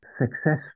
success